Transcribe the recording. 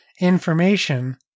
information